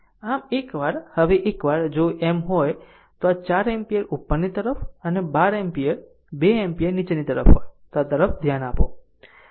આમ એકવાર હવે એકવાર જો એમ હોય તો જો આ 4 એમ્પીયર ઉપરની તરફ અને 12 એમ્પીયર 2 એમ્પીયર નીચે તરફ હોય તો આ તરફ ધ્યાન આપો